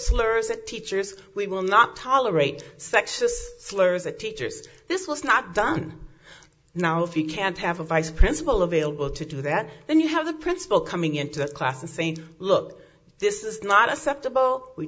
slurs at teachers we will not tolerate sexist slurs the teachers this was not done now if you can't have a vice principal available to do that then you have the principal coming into that class in st look this is not acceptable we